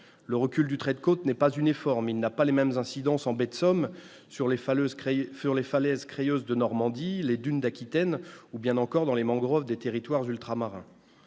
Le recul du trait de côte n'est pas uniforme, il n'a pas les mêmes incidences en baie de Somme, sur les falaises crayeuses de Normandie, les dunes d'Aquitaine ou dans les mangroves des territoires ultramarins.